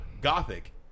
Gothic